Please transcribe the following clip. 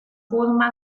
forma